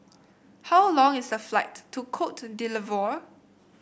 how long is the flight to Cote d'lvoire